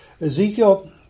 Ezekiel